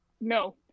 no